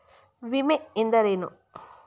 ವಿಮೆ ಎಂದರೇನು?